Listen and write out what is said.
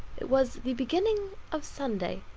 it was the beginning of sunday.